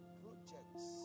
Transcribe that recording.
projects